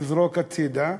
לזרוק הצדה,